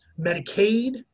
Medicaid